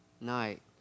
night